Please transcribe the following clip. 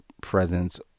presence